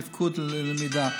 לתפקוד וללמידה.